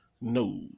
No